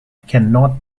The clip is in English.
cannot